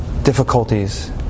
difficulties